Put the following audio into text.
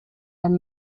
and